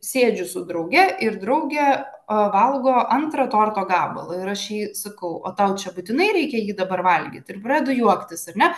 sėdžiu su drauge ir draugę o valgo antrą torto gabalą ir aš jai sakauo o tau čia būtinai reikia jį dabar valgyti ir pradedu juoktis ar ne